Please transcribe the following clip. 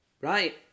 Right